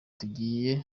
tugiye